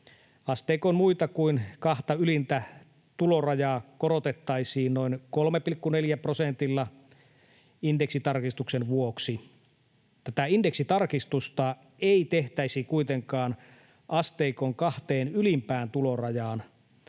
Asteikon muita kuin kahta ylintä tulorajaa korotettaisiin noin 3,4 prosentilla indeksitarkistuksen vuoksi. Tätä indeksitarkistusta ei tehtäisi kuitenkaan asteikon kahteen ylimpään tulorajaan.